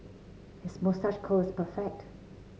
his moustache curl is perfect